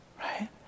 Right